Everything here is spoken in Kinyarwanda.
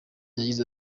yagize